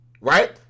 right